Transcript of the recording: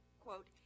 Quote